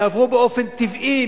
יעברו באופן טבעי,